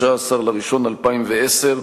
13 בינואר 2010,